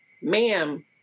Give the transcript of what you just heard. ma'am